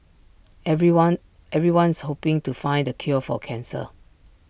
everyone everyone's hoping to find the cure for cancer